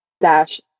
Dash